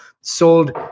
sold